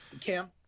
cam